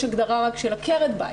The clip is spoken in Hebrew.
יש הגדרה רק של עקרת בית,